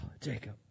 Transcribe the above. Jacob